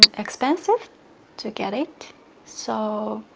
expensive to get it so,